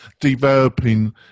developing